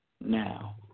Now